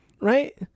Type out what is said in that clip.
right